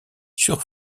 sur